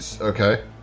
okay